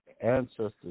ancestors